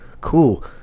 Cool